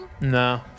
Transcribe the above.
No